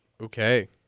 Okay